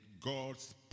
God's